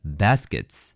baskets